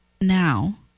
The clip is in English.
now